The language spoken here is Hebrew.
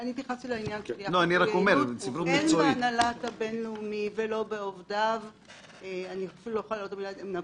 אין בהנהלת הבינלאומי ובעובדיו נפוטיזם.